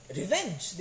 revenge